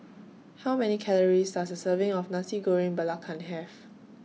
How Many Calories Does A Serving of Nasi Goreng Belacan Have